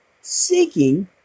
seeking